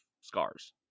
scars